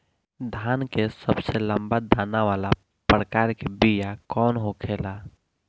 धान के सबसे लंबा दाना वाला प्रकार के बीया कौन होखेला?